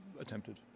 attempted